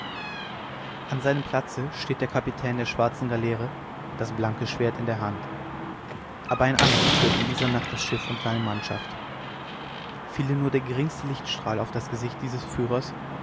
an seinem platze steht der kapitän der schwarzen galeere das blanke schwert in der hand aber ein anderer führt in dieser nacht das schiff und seine mannschaft fiele nur der geringste lichtstrahl auf das gesicht dieses führers